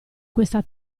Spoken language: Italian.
questa